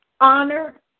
Honor